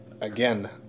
again